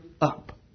up